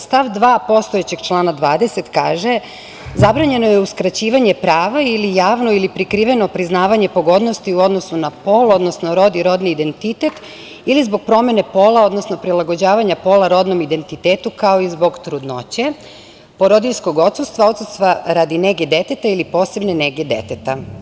Stav 2. postojećeg člana 20. kaže –zabranjeno je uskraćivanje prava ili javno ili prikriveno priznavanje pogodnosti u odnosu na pol, odnosno rod i rodni identitet ili zbog promene pola, odnosno prilagođavanja pola rodnom identitetu, kao i zbog trudnoće, porodiljskog odsustva, odsustva radi nege deteta ili posebne neke deteta.